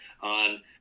on